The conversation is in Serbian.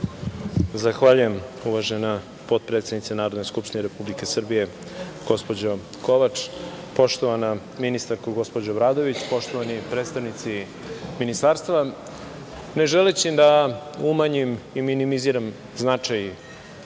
Zahvaljujem. Uvažena potpredsednice Narodne skupštine Republike Srbije, gospođo Kovač, poštovana ministarko Obradović, poštovani predstavnici ministarstva, ne želeći da umanjim i minimiziram značaj svih